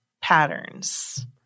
patterns